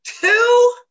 Two